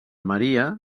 maria